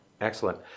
Excellent